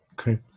okay